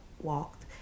walked